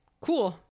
cool